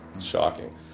shocking